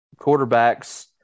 quarterbacks